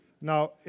Now